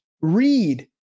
read